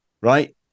right